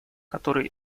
который